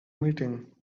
meeting